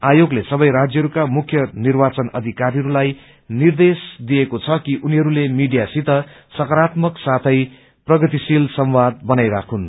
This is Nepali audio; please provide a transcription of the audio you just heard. आयोगले सबै राज्यहरूका मुख्य निर्वाचन अषिकारीहरूलाई निर्देश दिएको छ कि उनीहरूले मीडिया सित सक्रारात्मक साथै प्रगतिशील संवाद बनाई राखून्